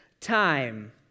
time